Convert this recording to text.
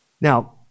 Now